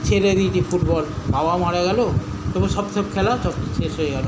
ছেড়ে দিয়েছি ফুটবল বাবা মারা গেলো তারপর সব সব খেলা সব শেষ হয়ে গেলো